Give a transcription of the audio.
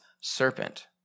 serpent